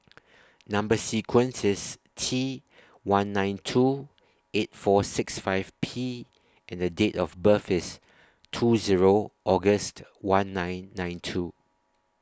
Number sequence IS T one nine two eight four six five P and Date of birth IS two Zero August one nine nine two